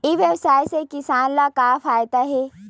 ई व्यवसाय से किसान ला का फ़ायदा हे?